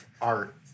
art